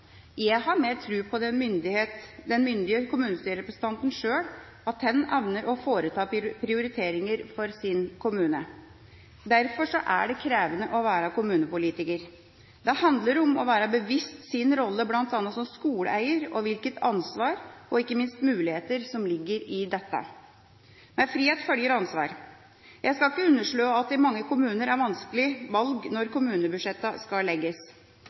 Jeg har mer tro på at den myndige kommunestyrerepresentant sjøl evner å foreta prioriteringer for sin kommune. Derfor er det krevende å være kommunepolitiker. Det handler om å være bevisst sin rolle, bl.a. som skoleeier, og hvilket ansvar og ikke minst muligheter som ligger i dette. Med frihet følger ansvar. Jeg skal ikke underslå at det i mange kommuner er vanskelige valg når kommunebudsjettene skal legges.